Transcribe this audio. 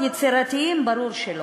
יצירתיים, ברור שלא.